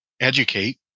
educate